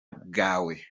bwawe